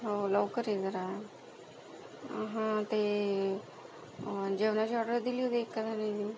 हो लवकर ये जरा हां ते जेवणाची ऑर्डर दिली होती एकाला त्यांनी